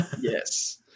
yes